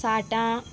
साठां